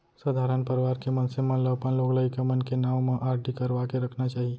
सधारन परवार के मनसे मन ल अपन लोग लइका मन के नांव म आरडी करवा के रखना चाही